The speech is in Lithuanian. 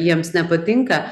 jiems nepatinka